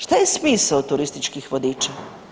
Šta je smisao turističkih vodiča?